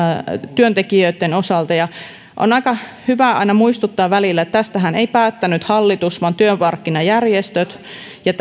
työntekijöitten osalta ja on aika hyvä muistuttaa välillä että tästähän ei päättänyt hallitus vaan työmarkkinajärjestöt ja